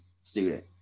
student